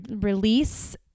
release